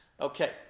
Okay